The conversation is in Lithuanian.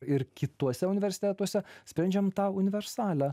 ir kituose universitetuose sprendžiam tą universalią